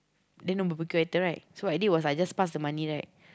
then no barbecue item right so I just pass the money back